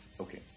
Okay